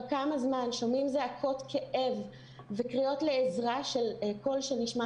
כמה זמן שומעים זעקות כאב וקריאות לעזרה של קול שנשמע